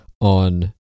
on